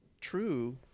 true